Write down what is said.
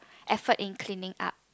effort in cleaning up